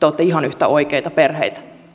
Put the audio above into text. te olette ihan yhtä oikeita perheitä